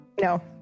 No